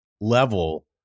level